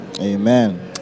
Amen